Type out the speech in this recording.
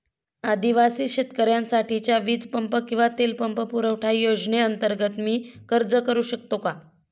आदिवासी शेतकऱ्यांसाठीच्या वीज पंप किंवा तेल पंप पुरवठा योजनेअंतर्गत मी अर्ज करू शकतो का?